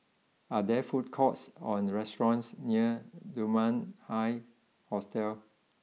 are there food courts or restaurants near Dunman High Hostel